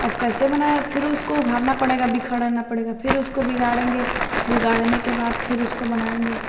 अब कैसे बनाएँ फिर उसको उघाड़ना पड़ेगा बिखड़ना पड़ेगा फिर उसको बिगाड़ेंगे बिगाड़ने के बाद फिर उसको बनाएँगे